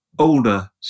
Older